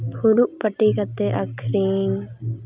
ᱯᱷᱩᱲᱩᱜ ᱯᱟᱹᱴᱤ ᱠᱟᱛᱮᱫ ᱟᱠᱷᱨᱤᱧ